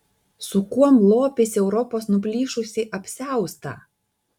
su kuom lopys europos nuplyšusį apsiaustą